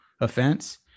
offense